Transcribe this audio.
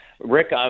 Rick